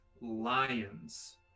lions